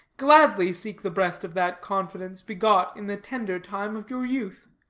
gladly seek the breast of that confidence begot in the tender time of your youth,